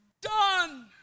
done